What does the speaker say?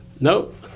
Nope